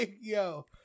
yo